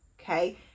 okay